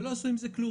ולא עשו עם זה כלום.